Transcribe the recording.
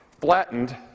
flattened